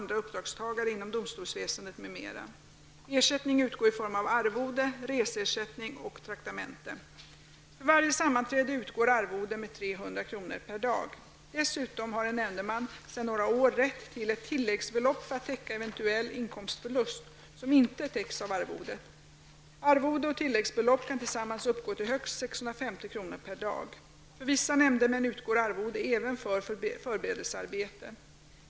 Dessutom har en nämndeman sedan några år rätt till ett tilläggsbelopp för att täcka eventuell inkomstförlust som inte täcks av arvodet. Arvode och tilläggsbelopp kan tillsammans uppgå till högst 650 kr. per dag. För vissa nämndemän utgår arvode även för förberedelsearbete.